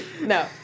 No